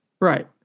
Right